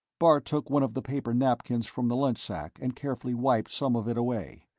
bart took one of the paper napkins from the lunch sack and carefully wiped some of it away.